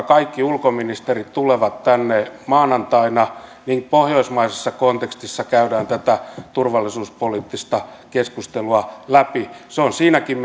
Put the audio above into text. kaikki ulkoministerit tulevat tänne maanantaina ja pohjoismaisessa kontekstissa käydään tätä turvallisuuspoliittista keskustelua läpi se on siinäkin